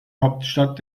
hauptstadt